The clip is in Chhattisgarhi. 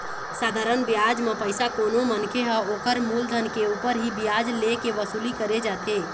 साधारन बियाज म पइसा कोनो मनखे ह ओखर मुलधन के ऊपर ही बियाज ले के वसूली करे जाथे